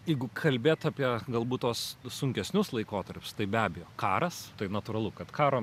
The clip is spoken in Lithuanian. jeigu kalbėt apie galbūt tuos sunkesnius laikotarpius tai be abejo karas tai natūralu kad karo